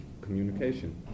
communication